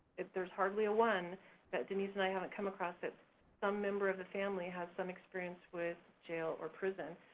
if there's hardly a one that denise and i haven't come across that some member of the family has some experience with jail or prison.